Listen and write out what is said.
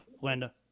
Linda